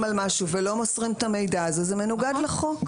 על משהו ולא מוסרים את המידע הזה זה מנוגד לחוק.